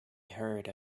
heard